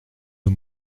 les